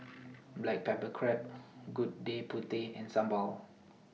Black Pepper Crab Gudeg Putih and Sambal